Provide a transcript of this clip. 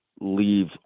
leave